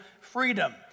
freedom